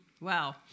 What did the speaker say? Wow